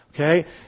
Okay